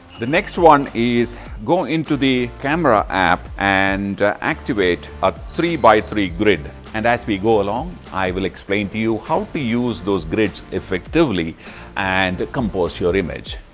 the next one is go into the camera app and activate a three by three grid and as we go along i will explain to you how to use those grids effectively and compose your image.